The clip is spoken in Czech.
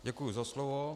Děkuji za slovo.